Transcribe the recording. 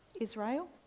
Israel